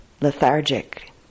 lethargic